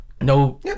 no